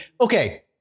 okay